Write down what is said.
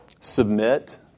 submit